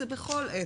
זה בכל עת,